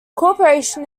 corporation